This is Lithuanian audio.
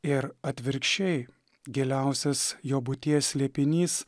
ir atvirkščiai giliausias jo būties slėpinys